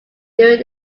during